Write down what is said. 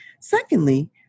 Secondly